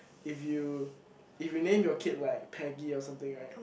if you if you name your kid like Peggy or something right